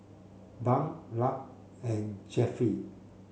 Bunk Lark and Jeffie